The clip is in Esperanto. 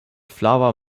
flava